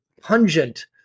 pungent